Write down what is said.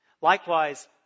Likewise